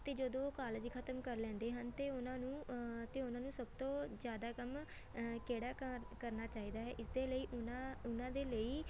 ਅਤੇ ਜਦੋਂ ਉਹ ਕਾਲਜ ਖਤਮ ਕਰ ਲੈਂਦੇ ਹਨ ਅਤੇ ਉਹਨਾਂ ਨੂੰ ਅਤੇ ਉਹਨਾਂ ਨੂੰ ਸਭ ਤੋਂ ਜ਼ਿਆਦਾ ਕੰਮ ਕਿਹੜਾ ਕਰ ਕਰਨਾ ਚਾਹੀਦਾ ਹੈ ਇਸਦੇ ਲਈ ਉਹਨਾਂ ਉਹਨਾਂ ਦੇ ਲਈ